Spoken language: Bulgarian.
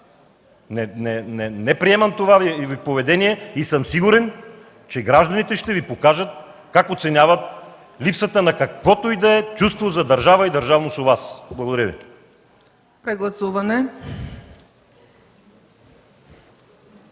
Не приемам това Ви поведение и съм сигурен, че гражданите ще Ви покажат как оценяват липсата на каквото и да е чувство за държава и държавност у Вас. Благодаря Ви. ПРЕДСЕДАТЕЛ